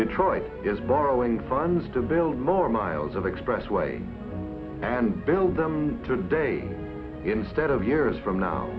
detroit is borrowing funds to build more miles of expressway and build them today instead of years from now